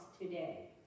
today